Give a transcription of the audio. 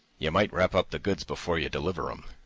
you might wrap up the goods before you deliver m,